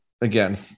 again